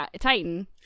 Titan